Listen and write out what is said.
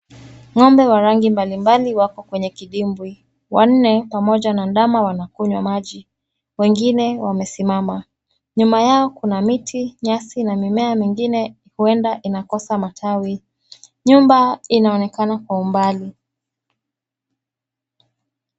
Ng'ombe wa rangi mbalimbali wako kwenye kidimbwi. Wanne pamoja na ndama wanakunywa maji, wengine wamesimama. Nyuma yao kuna miti nyasi na mimea mingine huenda inakosa matawi. Nyumba inaonekana kwa umbali.